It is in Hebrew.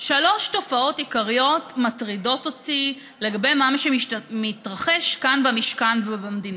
שלוש תופעות עיקריות מטרידות אותי לגבי מה שמתרחש כאן במשכן ובמדינה.